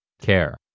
care